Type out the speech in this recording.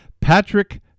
Patrick